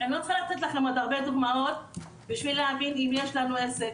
אני לא צריכה לתת לכם עוד הרבה דוגמאות בשביל להבין עם מי יש לנו עסק,